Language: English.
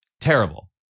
Terrible